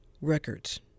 records